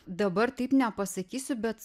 dabar taip nepasakysiu bet